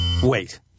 Wait